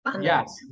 Yes